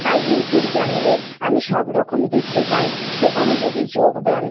তাই ইউটিউব চ্যানেলে আমি সব রকম দেখতে পাই সেখানে যদি যোগ ব্যায়াম